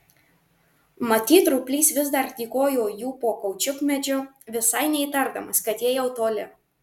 matyt roplys vis dar tykojo jų po kaučiukmedžiu visai neįtardamas kad jie jau toli